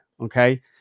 okay